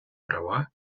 права